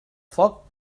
foc